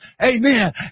Amen